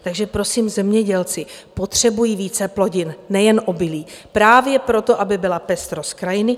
Takže prosím, zemědělci potřebují více plodin, nejen obilí, právě proto, aby byla pestrost krajiny.